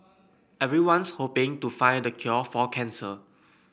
everyone's hoping to find the cure for cancer